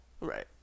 Right